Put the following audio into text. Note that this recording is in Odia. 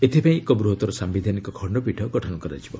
ଏଥିପାଇଁ ଏକ ବୃହତର ସାୟିଧାନିକ ଖଣ୍ଡପୀଠ ଗଠନ କରାଯିବ